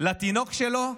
לתינוק שלו.